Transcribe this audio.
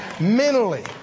mentally